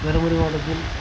தர்மபுரி மாவட்டத்தில்